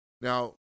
Now